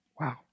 Wow